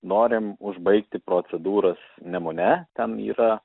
norim užbaigti procedūras nemune ten yra